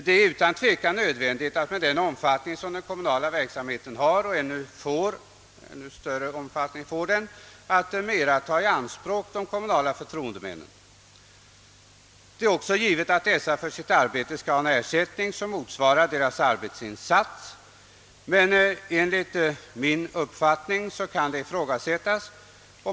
Det är utan tvekan nödvändigt att med den omfattning som den kommunala verksamheten har — och ännu större omfattning kommer den att få — ta kommunala förtroendemän i anspråk i större utsträckning än vad nu är fallet. Det är givet att dessa för sitt arbete skall ha en ersättning som motsvarar deras arbetsinsats, därom är alla överens.